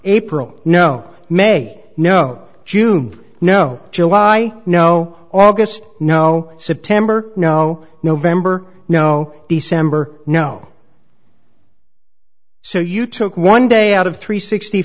april no may no june no july no obvious no september no november no december no so you took one day out of three sixty